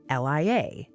LIA